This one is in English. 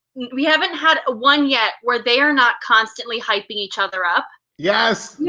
we haven't had one yet where they're not constantly hyping each other up. yes,